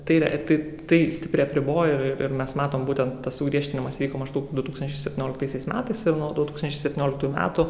tai re tai tai stipriai apribojo ir mes matom būtent tas sugriežtinimas vyko maždaug du tūkstančiai septynioliktaisiais metais ir nuo du tūkstančiai septynioliktų metų